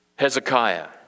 hezekiah